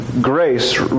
grace